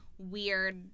weird